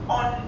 on